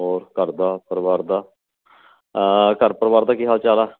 ਹੋਰ ਘਰ ਦਾ ਪਰਿਵਾਰ ਦਾ ਘਰ ਪਰਿਵਾਰ ਦਾ ਕੀ ਹਾਲ ਚਾਲ ਆ